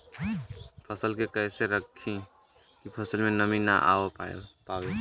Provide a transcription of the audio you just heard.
फसल के कैसे रखे की फसल में नमी ना आवा पाव?